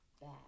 bad